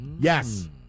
Yes